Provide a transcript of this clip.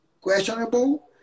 questionable